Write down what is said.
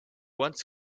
wants